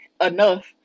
enough